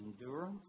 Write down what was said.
endurance